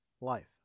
life